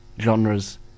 genres